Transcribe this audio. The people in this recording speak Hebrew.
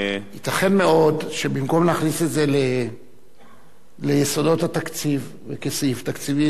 ייתכן מאוד שבמקום להכניס את זה ליסודות התקציב כסעיף תקציבי,